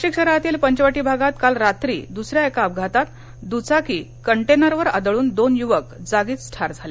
नाशिक शहरातील पंचवटी भागात काल रात्री दुसऱ्या एका अपघातात दुचाकी कंटेनरवर आदळून दोन युवक जागीच ठार झाले